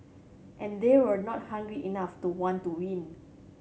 and they were not hungry enough to want to win